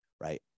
Right